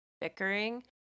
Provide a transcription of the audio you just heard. bickering